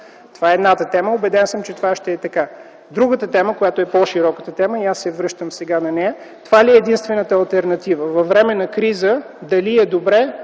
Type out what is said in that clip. Това е едната тема. Убеден съм, че това ще е така. Другата тема е по-широката тема и аз се връщам сега на нея – това ли е единствената алтернатива. Във време на криза дали е добре